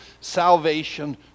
salvation